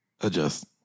adjust